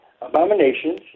abominations